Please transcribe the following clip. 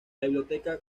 biblioteca